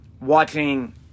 watching